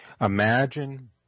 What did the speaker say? Imagine